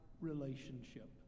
relationship